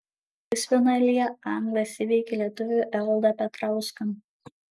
pusfinalyje anglas įveikė lietuvį evaldą petrauską